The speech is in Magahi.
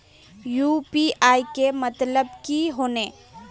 यु.पी.आई के मतलब की होने?